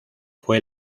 fue